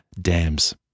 Dams